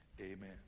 amen